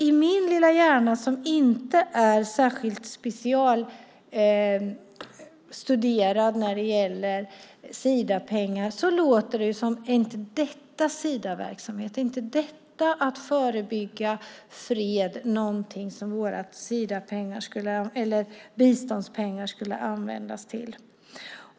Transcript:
I min lilla hjärna - som inte är specialstuderad när det gäller Sidapengar - låter det som om detta är Sidaverksamhet. Är inte detta att bygga fred - något som våra biståndspengar borde användas till?